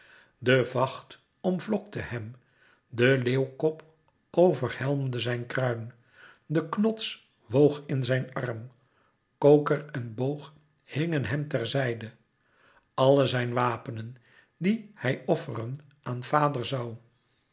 de vacht omvlokte hem de leeuwkop overhelmde zijn kruin de knots woog in zijn arm koker en boog hingen hem ter zijde alle zijn wapenen die hij offeren aan vader zoû